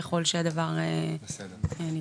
ככל שהדבר נדרש.